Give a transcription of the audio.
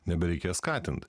nebereikės skatint